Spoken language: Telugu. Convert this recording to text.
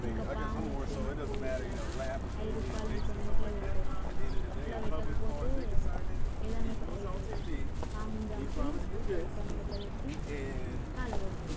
ఇంకా పాము చచ్చిపోయినప్పుడు ఇట్లా ఐదు రూపాయలని ఇట్ల నోట్లో పెడతారు అట్లా పెట్టకపోతే ఏదైనా ఒకటి అయితది పాముని చంపి ఐదు రూపాయలు నోట్లో పెట్టి కాలపెడతారు